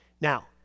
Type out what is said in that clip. Now